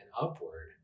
upward